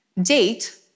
date